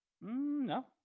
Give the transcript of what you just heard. No